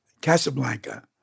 Casablanca